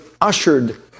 ushered